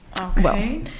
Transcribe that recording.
okay